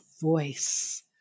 voice